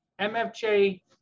MFJ